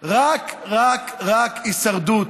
רק רק רק הישרדות,